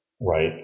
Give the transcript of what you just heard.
right